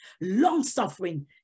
long-suffering